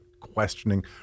questioning